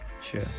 Sure